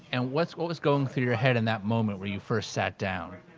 and what so what was going through your head in that moment when you first sat down?